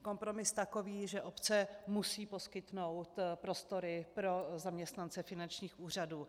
Kompromis takový, že obce musí poskytnout prostory pro zaměstnance finančních úřadů.